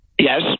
Yes